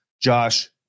Josh